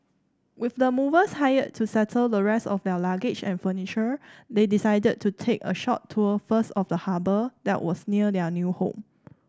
with the movers hired to settle the rest of their luggage and furniture they decided to take a short tour first of the harbour that was near their new home